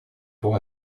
tour